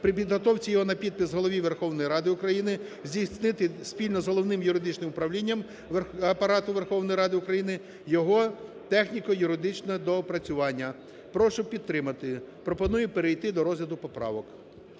при підготовці його на підпис Голові Верховної Ради України здійснити спільно з Головним юридичним управлінням Апарату Верховної Ради України його техніко-юридичне доопрацювання. Прошу підтримати. Пропоную перейти до розгляду поправок.